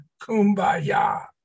kumbaya